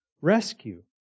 rescue